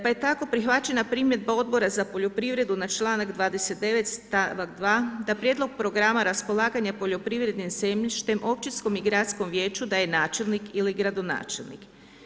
Pa je tako prihvaćena primjedba Odbor za poljoprivredu na članak 29. stavak 2. da prijedlog programa raspolaganja poljoprivrednim zemljištem općinskom i gradskom vijeću daje načelnik ili gradonačelnik.